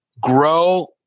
grow